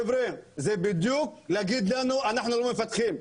חבר'ה זה בדיוק להגיד לנו אנחנו לא מפתחים,